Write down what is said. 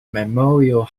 memorial